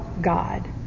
God